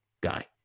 guy